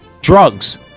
Drugs